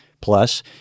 Plus